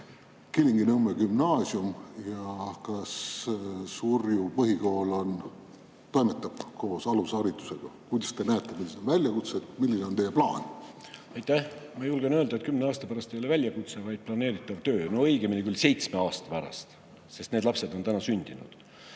Kilingi-Nõmme Gümnaasium ja kas Surju Põhikool toimetab koos alusharidusega? Kuidas te seda näete? Millised on väljakutsed? Milline on teie plaan? Aitäh! Ma julgen öelda, et kümne aasta pärast meil ei ole väljakutsed, vaid on planeeritav töö. Õigemini küll seitsme aasta pärast, sest need lapsed on juba sündinud.